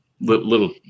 little